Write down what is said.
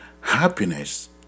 happiness